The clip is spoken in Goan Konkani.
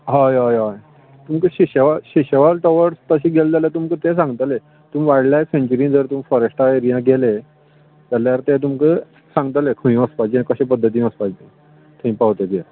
हय हय हय तुमकां शिश्यावर शिश्यावर टवर तशे गेले जाल्यार तुमकां ते सांगतले तुमी वायल्ड लायफ सँच्यूरी जर तुमी फाॅरेस्टा एरियान जर गेले जाल्यार ते तुमका सांगतले खंय वचपाचें कशे पद्दतीन वचपाचें तें थंय पावतगीर